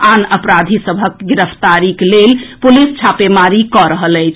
आन अपराधी सभक गिरफ्तारीक लेल पुलिस छापेमारी कऽ रहल अछि